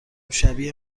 شبیه